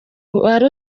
wari